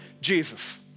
Jesus